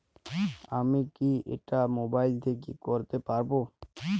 আমি কি এটা মোবাইল থেকে করতে পারবো?